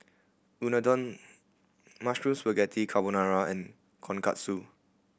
Unadon Mushroom Spaghetti Carbonara and Tonkatsu